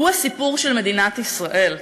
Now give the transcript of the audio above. הוא הסיפור של מדינת ישראל,